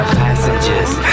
passengers